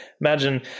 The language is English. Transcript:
imagine